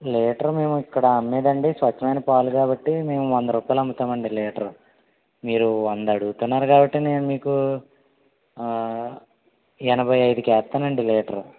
litre మేము ఇక్కడ అమ్మేది ఆండీ స్వచ్చమైన పాలు కాబట్టి మేము వంద రూపాయాలు అమ్ముతాం ఆండీ లీటరు మీరు వంద అడుగుతున్నారు కాబట్టి నేను మీకు ఆ ఎనభై ఐదు వేస్తానండి లీటరు